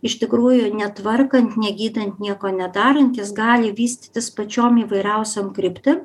iš tikrųjų netvarkant negydant nieko nedarant jis gali vystytis pačiom įvairiausiom krypti